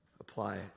apply